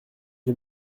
est